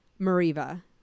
Mariva